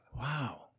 wow